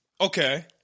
Okay